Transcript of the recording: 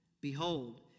Behold